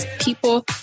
people